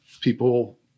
people